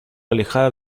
alejada